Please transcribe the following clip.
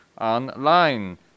online